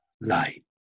light